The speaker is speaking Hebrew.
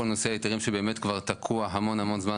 כל נושא ההיתרים שבאמת כבר תקוע המון זמן.